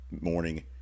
Morning